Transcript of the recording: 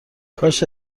کاش